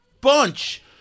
bunch